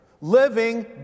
living